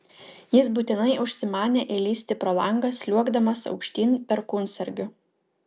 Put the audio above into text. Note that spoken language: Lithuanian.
jis būtinai užsimanė įlįsti pro langą sliuogdamas aukštyn perkūnsargiu